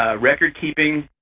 ah record keeping,